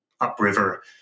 upriver